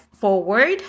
forward